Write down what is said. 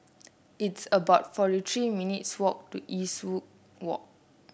it's about forty three minutes' walk to Eastwood Walk